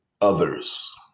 others